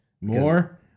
More